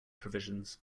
provisions